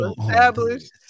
established